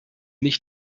nicht